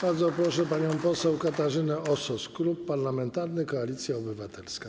Bardzo proszę panią poseł Katarzynę Osos, Klub Parlamentarny Koalicja Obywatelska.